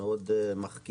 היא מאוד מחכימה.